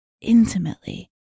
intimately